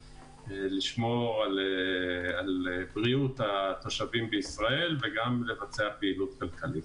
לשמור על בריאות התושבים בישראל וגם לבצע פעילות כלכלית.